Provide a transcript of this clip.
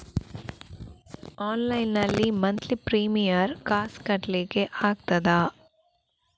Online ನಲ್ಲಿ monthly premier ಕಾಸ್ ಕಟ್ಲಿಕ್ಕೆ ಆಗ್ತದಾ?